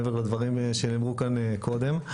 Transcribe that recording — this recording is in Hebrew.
מעבר לדברים שנאמרו כאן קודם.